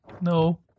No